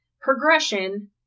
progression